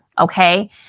Okay